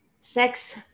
Sex